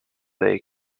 they